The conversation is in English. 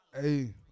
Hey